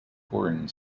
scoring